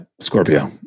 Scorpio